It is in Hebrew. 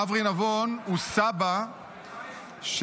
אברי נבון הוא סבא של